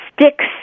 sticks